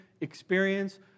experience